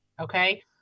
okay